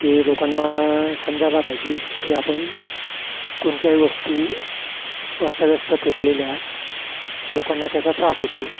ते लोकांना समजायला पाहिजे की आपण कोणत्याही वस्तू अस्ताव्यस्त फेकलेल्या लोकांना त्याचा त्रास होतो